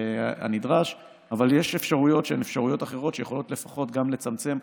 אבל יש אפשרויות אחרות שיכולות לפחות לצמצם,